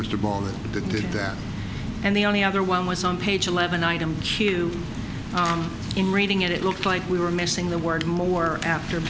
that and the only other one was on page eleven item q in reading it it looked like we were missing the word more after